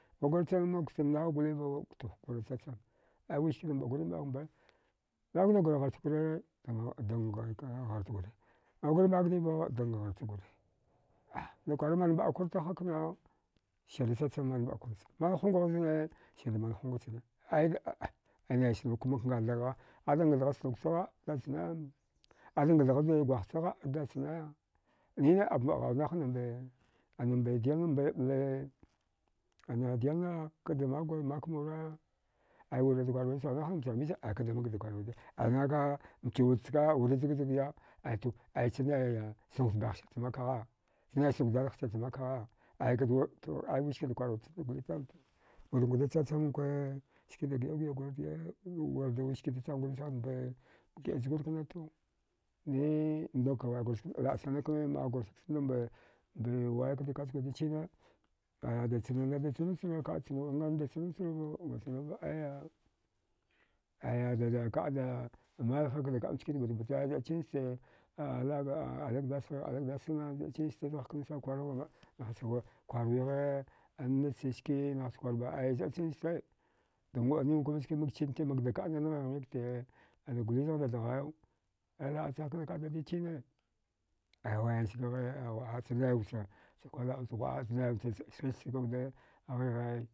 Ngagurchamna ktham daya golivo to gurankwada chachama aya wiska da mbaɗgurai mbaɗaghba magnugur gharchgure to dangharchgura agur magnivo dangharchgure ah nakwara daman mbɗatwartagh haka to sirda chachamman mbɗakwarta chna manhughah zne sirdaman hunga chana aya naya sunuk makngathdagha azagh ngathghad snok chagha azdatchana azaghngathghad gwaghcha azdatcha nine ambaɗghu nahana dilna mɓale ana dilna kada makmura aya wirnada kwar gole sau nahanam sabisa kadamakda kwaryi wuda anghanaghaka mchi wudacha wura jagjagya to aya chanaya to aya chanaya sunukcha baighsircha makagha chanaya sunukcha dadaghsircha makagha aya kadawur aya wiskada kwarwud chana gole tama wudakwa da dachachamankwa skida giɗugida gurva wiskada chamgurnicham wudan giɗachgurka to ni bika laɗsana kna lagursagchanda mbai wai kana kda kaɗchgurda chine aya da chnanuchana ne ka chnuwa ngan chnu kanavo aya aya kaɗda malhachkine kada kaɗ njkine batbata chinste a laɗga ali gdass ali gdass na zɗachista zaghknasana kwarghvama nacha kwarwigha a nacha ske nahcha kwarba aya zɗachinste da ngɗaninkwava ska makchinte makda kada nghigh mikte anagole zaghda dghayau aya lachgkna kaɗtada chine aya wainsag gha a ghwa. a aya naiwudcha kwar la. a ftghwa. a aghighe.